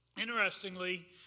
Interestingly